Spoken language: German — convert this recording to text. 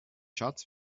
schatz